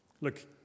look